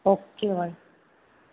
okay بھائی